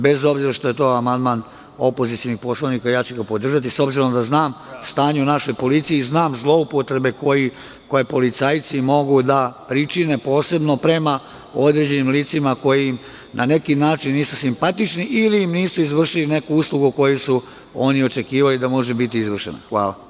Bez obzira što je to amandman opozicionih poslanika ja ću ga podržati, s obzirom da znam stanje u našoj policiji i znam zloupotrebe koje policajci mogu da pričine, posebno prema određenim licima koji im na neki način nisu simpatični, ili im nisu izvršili neku uslugu koju su oni očekivali da može biti izvršena.